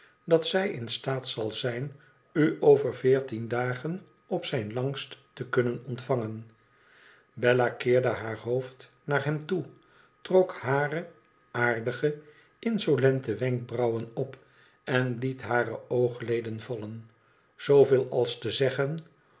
dat zij in staat zal zijn u over veertien dagen op zijn langst te kunnen ontvangen bella keerde haar hoofd naar hem toe trok hare aardig insolente wenkbrauwen op en liet hare ooeleden vallen zooveel als te zeggen